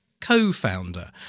co-founder